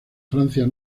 francia